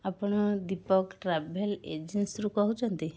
ଆପଣ ଦୀପକ ଟ୍ରାଭେଲ୍ ଏଜେନ୍ସିରୁ କହୁଛନ୍ତି